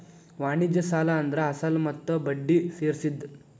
ವಾಣಿಜ್ಯ ಸಾಲ ಅಂದ್ರ ಅಸಲ ಮತ್ತ ಬಡ್ಡಿ ಸೇರ್ಸಿದ್